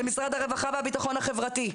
למשרד הרווחה והביטחון החברתי,